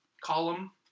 column